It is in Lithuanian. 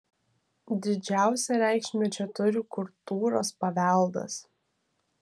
didžiausią reikšmę čia turi kultūros paveldas